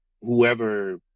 whoever